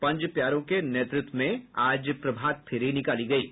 पंज प्यारों के नेतृत्व में आज प्रभात फेरी निकाली गई है